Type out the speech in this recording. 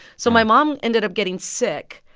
so my mom ended up getting sick.